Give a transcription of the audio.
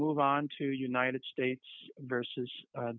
move on to united states versus